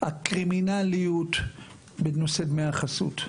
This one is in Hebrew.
הקרימינליות בנושא דמי החסות.